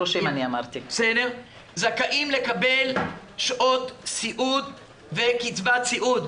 30,000 --- זכאים לקבל שעות סיעוד וקצבת סיעוד,